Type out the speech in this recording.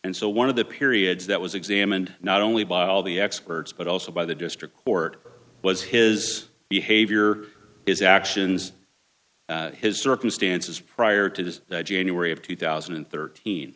and so one of the periods that was examined not only by all the experts but also by the district court was his behavior his actions his circumstances prior to his january of two thousand and thirteen